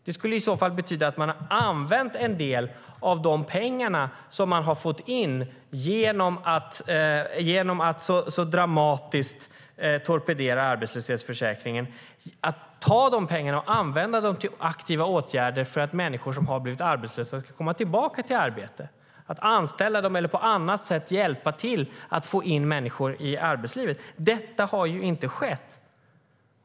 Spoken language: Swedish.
Det skulle i så fall betyda att man tar en del av de pengar som man har fått in genom att så dramatiskt torpedera arbetslöshetsförsäkringen och använda dem till aktiva åtgärder för att människor som har blivit arbetslösa ska komma tillbaka till arbete - anställa dem eller på annat sätt hjälpa dem att komma in i arbetslivet. Detta har inte skett.